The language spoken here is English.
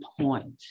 point